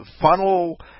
funnel